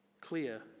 clear